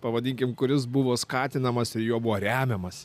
pavadinkim kuris buvo skatinamas ir juo buvo remiamasi